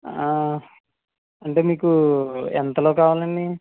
అంటే మీకు ఎంతలో కావాలండీ